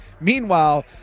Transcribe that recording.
Meanwhile